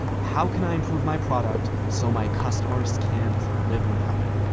how can i improve my product, so my customers can't live without it?